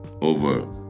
over